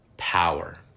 power